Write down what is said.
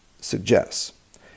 suggests